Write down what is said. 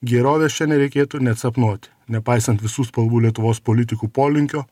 gerovės čia nereikėtų net sapnuot nepaisant visų spalvų lietuvos politikų polinkio